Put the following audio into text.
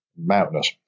mountainous